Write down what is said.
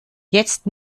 jetzt